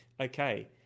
Okay